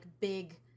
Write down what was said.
big